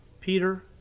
peter